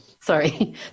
Sorry